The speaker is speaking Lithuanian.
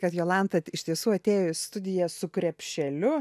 kad jolanta iš tiesų atėjo į studiją su krepšeliu